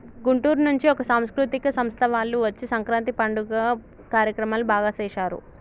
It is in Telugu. గుంటూరు నుంచి ఒక సాంస్కృతిక సంస్థ వాళ్ళు వచ్చి సంక్రాంతి పండుగ కార్యక్రమాలు బాగా సేశారు